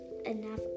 enough